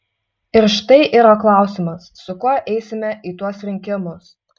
ir štai yra klausimas su kuo eisime į tuos rinkimus